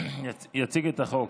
יציג את החוק